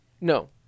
No